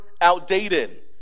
outdated